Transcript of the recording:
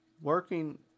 Working